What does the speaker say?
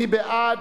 מי בעד?